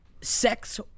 sex-